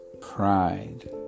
pride